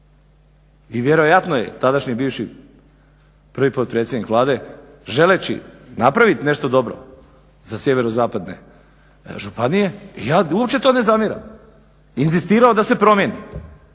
i vjerojatno je tadašnji bivši prvi potpredsjednik Vlade želeći napraviti nešto dobro za sjeverozapadne županije, ja uopće to ne zamjeram, inzistirao da se promjeni.